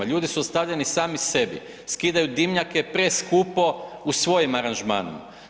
Ljudi su ostavljeni sami sebi, skidaju dimnjake preskupo u svojim aranžmanima.